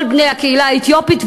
כל בני הקהילה האתיופית,